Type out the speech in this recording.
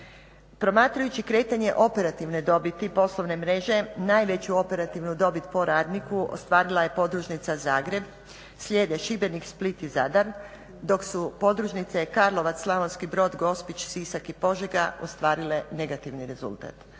Promatrajući kretanje operativne dobiti poslovne mreže, najveću operativnu dobit po radniku ostvarila je Podružnica Zagreb, slijede Šibenik, Split i Zadar, dok su Podružnice Karlovac, Slavonski Brod, Gospić, Sisak i Požega ostvarile negativni rezultat.